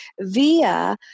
via